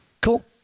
Cool